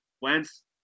Wentz